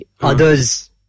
others